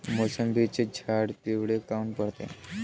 मोसंबीचे झाडं पिवळे काऊन पडते?